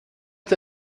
est